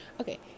okay